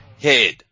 head